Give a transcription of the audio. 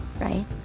right